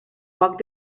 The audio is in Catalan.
poc